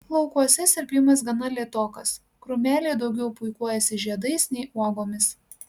laukuose sirpimas gana lėtokas krūmeliai daugiau puikuojasi žiedais nei uogomis